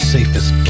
Safest